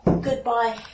goodbye